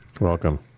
Welcome